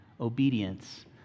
obedience